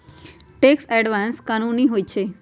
tax avoidance कानूनी होइ छइ